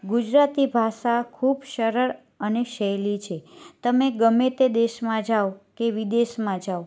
ગુજરાતી ભાષા ખૂબ સરળ અને સહેલી છે તમે ગમે તે દેશમાં જાઓ કે વિદેશમાં જાઓ